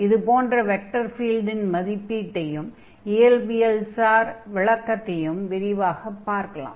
இது போன்ற வெக்டர் ஃபீல்டின் மதிப்பீட்டையும் இயற்பியல்சார் விளக்கத்தையும் விரிவாகப் பார்க்கலாம்